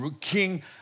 king